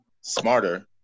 smarter